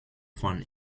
von